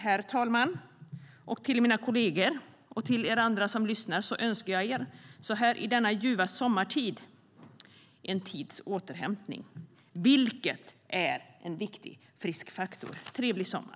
Herr talmannen, mina kollegor och er andra som lyssnar önskar jag, så här i denna ljuva sommartid, en tids återhämtning - vilket är en viktig friskfaktor. Trevlig sommar!